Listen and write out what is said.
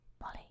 Molly